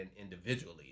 individually